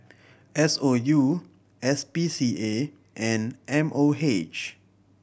S O U S P C A and M O H